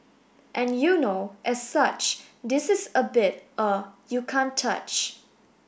and you know as such this is a beat you can't touch